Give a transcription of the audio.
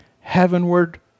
Heavenward